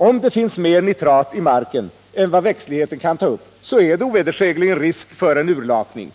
Om det finns mer nitrat i marken än vad växtligheten kan ta upp är det ovedersägligen risk för utlakning,